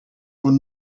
con